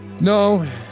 No